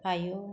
आयौ